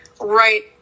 right